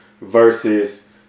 versus